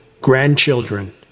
grandchildren